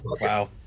Wow